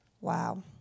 Wow